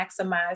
maximize